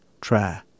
try